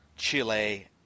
chile